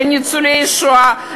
לניצולי שואה,